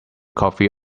coffee